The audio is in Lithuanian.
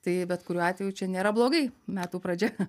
tai bet kuriuo atveju čia nėra blogai metų pradžia